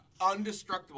Undestructible